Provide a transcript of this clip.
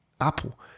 Apple